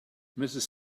mrs